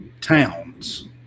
Towns